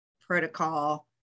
protocol